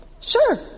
Sure